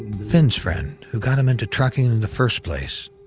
finn's friend who got him into trucking in the first place?